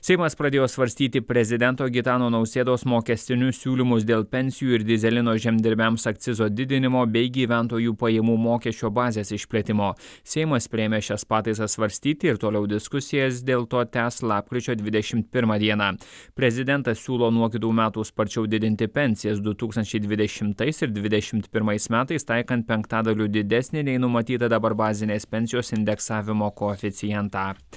seimas pradėjo svarstyti prezidento gitano nausėdos mokestinius siūlymus dėl pensijų ir dyzelino žemdirbiams akcizo didinimo bei gyventojų pajamų mokesčio bazės išplėtimo seimas priėmė šias pataisas svarstyti ir toliau diskusijas dėl to tęs lapkričio dvidešimt pirmą dieną prezidentas siūlo nuo kitų metų sparčiau didinti pensijas du tūkstančiai dvidešimtais ir dvidešimt pirmais metais taikant penktadaliu didesnę nei numatyta dabar bazinės pensijos indeksavimo koeficientą